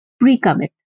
pre-commit